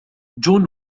جون